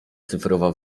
cyfrowa